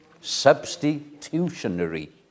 Substitutionary